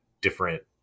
different